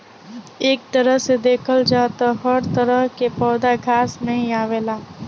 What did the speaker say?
एक तरह से देखल जाव त हर तरह के पौधा घास में ही आवेला